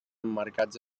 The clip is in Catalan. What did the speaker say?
emmarcats